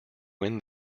win